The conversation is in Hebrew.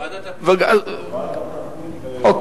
ועדת הפנים.